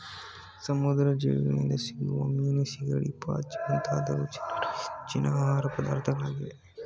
ಸಮುದ್ರದ ಜೀವಿಗಳಿಂದ ಸಿಗುವ ಮೀನು, ಸಿಗಡಿ, ಪಾಚಿ ಮುಂತಾದವು ಜನರ ಮೆಚ್ಚಿನ ಆಹಾರ ಪದಾರ್ಥಗಳಾಗಿವೆ